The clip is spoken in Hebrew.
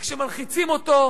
וכשמלחיצים אותו,